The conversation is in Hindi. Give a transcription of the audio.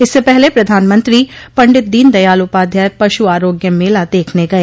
इससे पहले प्रधानमंत्री पंडित दीन दयाल उपाध्याय पशु आरोग्य मेला देखने गए